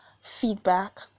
feedback